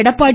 Edappadi